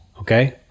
Okay